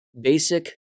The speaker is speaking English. basic